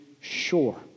sure